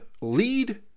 lead